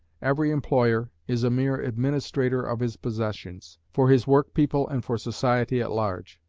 every employer is a mere administrator of his possessions, for his work-people and for society at large.